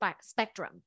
spectrum